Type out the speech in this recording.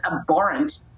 abhorrent